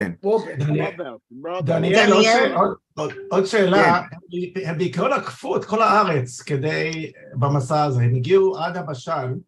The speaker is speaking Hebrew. עוד שאלה, בעיקרון עקפו את כל הארץ במסע הזה, הם הגיעו עד הבשן,